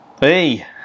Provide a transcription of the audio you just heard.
Hey